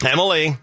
Emily